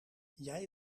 jij